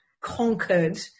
conquered